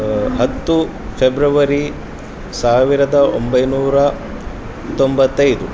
ಹತ್ತು ಫೆಬ್ರವರಿ ಸಾವಿರದ ಒಂಬೈನೂರ ತೊಂಬತ್ತೈದು